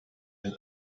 den